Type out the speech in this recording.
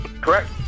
correct